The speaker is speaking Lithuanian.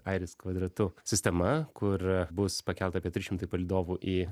airis kvadratu sistema kur bus pakelta apie trys šimtai palydovų į